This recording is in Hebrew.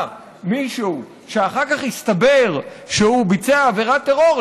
מישהו שאחר כך הסתבר שהוא ביצע עבירת טרור,